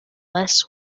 less